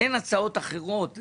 אין הצעות אחרות,